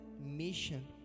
mission